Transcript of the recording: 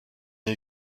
une